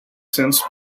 since